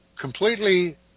completely